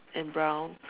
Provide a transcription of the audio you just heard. and brown